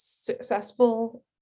successful